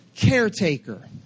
caretaker